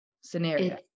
scenario